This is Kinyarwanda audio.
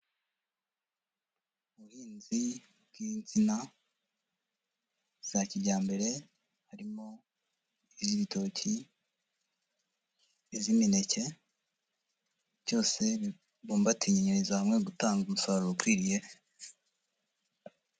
Ubuhinzi bw'insina za kijyambere, harimo: iz'ibitoki, iz'imineke. Byose bibumbatanyiriza hamwe gutanga umusaruro ukwiriye.